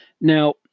Now